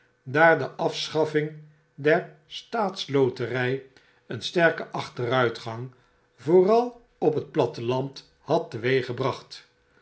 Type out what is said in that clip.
daar de afschaffing der staats lotery een sterken achteruitjgang vooral op het platteland had teweeggebracht